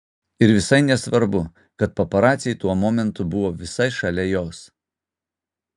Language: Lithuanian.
ir visai nesvarbu kad paparaciai tuo momentu buvo visai šalia jos